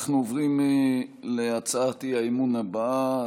אנחנו עוברים להצעת האי-אמון הבאה,